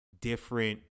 different